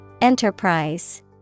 Enterprise